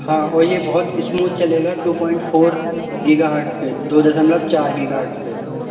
हाँ और ये बहुत स्मूथ चलेगा टू पॉइंट फोर गीगाहर्टज पे दो दशमलव चार गीगाहर्टज पे